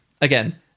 again